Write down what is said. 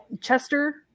Chester